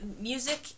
music